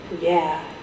Yeah